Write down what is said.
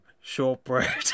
shortbread